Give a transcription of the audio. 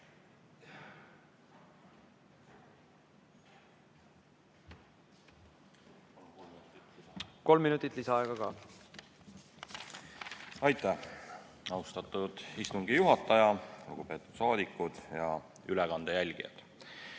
Kolm minutit lisaaega ka. Aitäh, austatud istungi juhataja! Lugupeetud saadikud ja ülekande jälgijad!